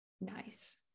Nice